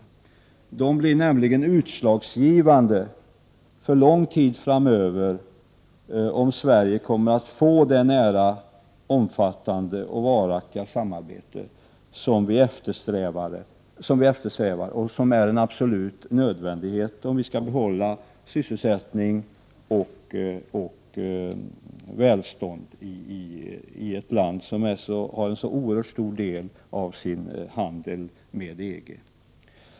De blir nämligen utslagsgivande för lång tid framöver för om Sverige kommer att få det nära, omfattande och varaktiga samarbete som vi eftersträvar och som är en absolut nödvändighet om vi skall behålla sysselsättning och välstånd i ett land som har en så oerhört stor del av sin handel med EG.